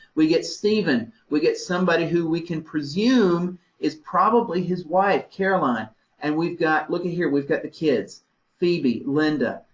we get stephen, we get somebody who we can presume is probably his wife, caroline and we've got. look it here, we've got the kids phoebe, linda,